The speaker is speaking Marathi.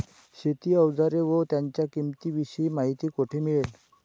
शेती औजारे व त्यांच्या किंमतीविषयी माहिती कोठे मिळेल?